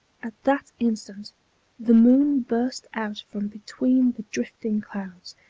at that instant the moon burst out from between the drifting clouds,